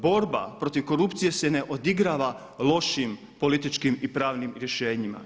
Borba protiv korupcije se ne odigrava lošim političkim i pravnim rješenjima.